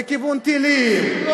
וכיוון טילים,